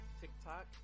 TikTok